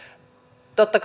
totta